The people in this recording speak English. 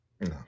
No